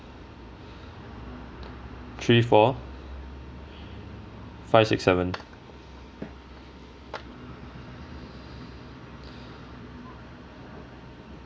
three four five six seven